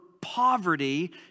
poverty